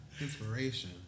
Inspiration